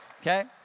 okay